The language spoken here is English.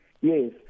Yes